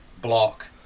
block